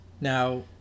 Now